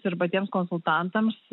ir patiems konsultantams